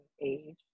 age